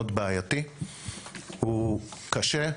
הוא קשה,